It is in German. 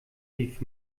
rief